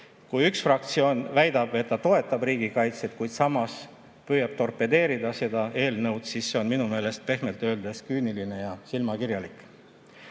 Kui üks fraktsioon väidab, et ta toetab riigikaitset, kuid samas püüab torpedeerida seda eelnõu, siis see on minu meelest pehmelt öeldes küüniline ja silmakirjalik.